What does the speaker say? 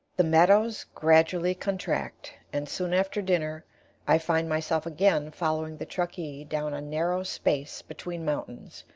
the meadows gradually contract, and soon after dinner i find myself again following the truckee down a narrow space between mountains,